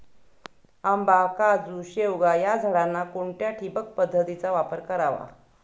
आंबा, काजू, शेवगा या झाडांना कोणत्या ठिबक पद्धतीचा वापर करावा?